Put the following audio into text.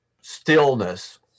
stillness